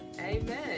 Amen